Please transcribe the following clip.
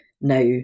now